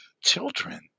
children